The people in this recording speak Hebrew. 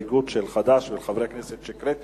חד"ש ושל חברי הכנסת חנין